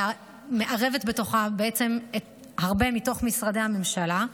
מערבת בתוכה הרבה ממשרדי הממשלה,